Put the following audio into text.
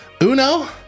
Uno